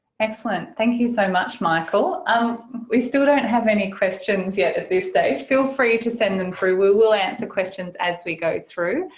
excellent, thank you so much michael um we still don't have any questions yet at this stage, feel free to send them through we will answer questions as we go through,